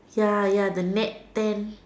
ya ya the net tent